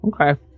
Okay